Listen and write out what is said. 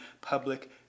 public